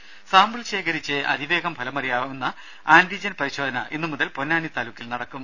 രേര സാമ്പിൾ ശേഖരിച്ച് അതിവേഗം ഫലമറിയാനാകുന്ന ആന്റിജൻ പരിശോധന ഇന്നു മുതൽ പൊന്നാനി താലൂക്കിൽ നടക്കും